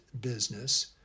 business